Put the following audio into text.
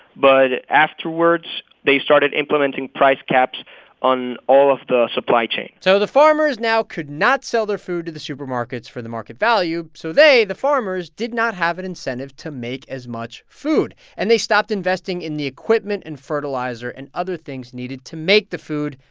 but afterwards, they started implementing price caps on all of the supply chain so the farmers now could not sell their food to the supermarkets for the market value. so they, the farmers, did not have an incentive to make as much food. and they stopped investing in the equipment and fertilizer and other things needed to make the food.